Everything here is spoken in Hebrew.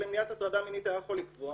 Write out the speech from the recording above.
הלא החוק למניעת הטרדה מינית היה יכול לקבוע